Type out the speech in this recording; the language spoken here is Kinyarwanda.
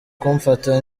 kumfata